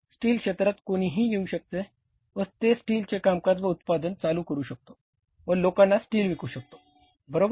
steel क्षेत्रात कोणीही येऊ शकतो व ते स्टीलचे कामकाज व उत्पादन चालू करू शकतो व लोकांना स्टील विकू शकतो बरोबर